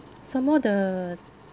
some more the